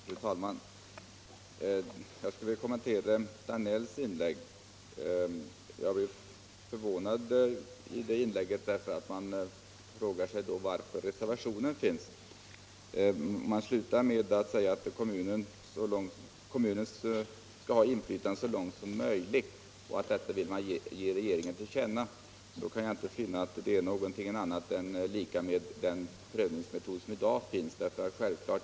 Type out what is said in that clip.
Fru talman! Jag skulle vilja kommentera herr Danells inlägg, som jag blev något förvånad över. Man frågar sig varför reservationen 2 över huvud taget finns. I denna reservation sägs att kommunen skall ha inflytande så långt som möjligt, och detta vill man ge regeringen till känna. Jag kan inte finna att reservationen innebär något annat än den prövningsmetod som i dag används.